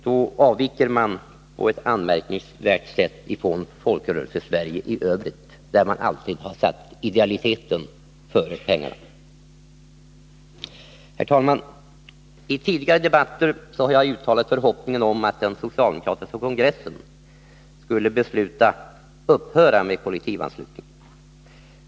Då avviker man på ett anmärkningsvärt sätt från Folkrörelsesverige i övrigt, där man alltid har satt idealiteten före pengarna. Herr talman! I tidigare debatter har jag uttalat förhoppningen om att den socialdemokratiska kongressen skulle besluta upphöra med kollektivanslutningen.